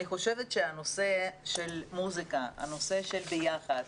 אני חושבת שהנושא של מוסיקה, הנושא של ביחד,